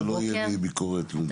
אז